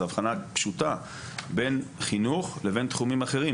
זה הבחנה פשוטה בין חינוך לבין תחומים אחרים.